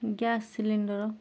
gas cylinder